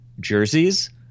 jerseys